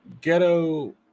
Ghetto